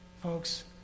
Folks